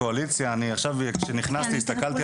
קואליציה" כשנכנסתי עכשיו כשנכנסתי עכשיו הסתכלתי